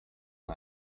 man